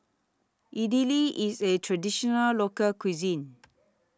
Idili IS A Traditional Local Cuisine